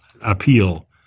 appeal